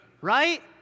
Right